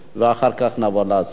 ונעבור להצבעה.